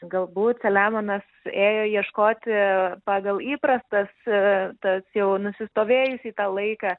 galbūt selemonas ėjo ieškoti pagal įprastas tas jau nusistovėjusį tą laiką